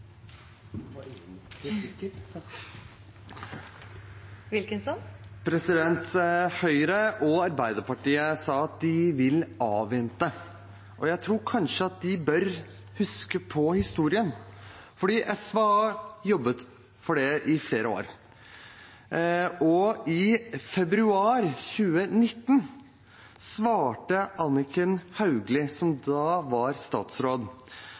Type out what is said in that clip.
Høyre og Arbeiderpartiet sa at de vil avvente. Jeg tror kanskje at de bør huske på historien. SV har jobbet for dette i flere år, og i februar 2019 svarte Anniken Hauglie, som da var statsråd: